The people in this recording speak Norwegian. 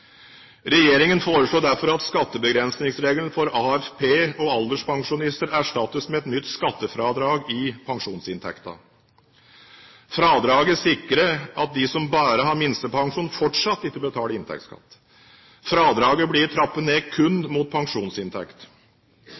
Regjeringen foreslår derfor at skattebegrensningsregelen for AFP- og alderspensjonister erstattes med et nytt skattefradrag i pensjonsinntekten. Fradraget sikrer at de som bare har minstepensjon, fortsatt ikke betaler inntektsskatt. Fradraget blir trappet ned kun mot pensjonsinntekt.